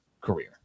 career